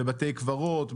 בבתי קברות,